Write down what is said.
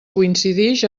coincidix